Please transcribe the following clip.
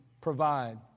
provide